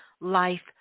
life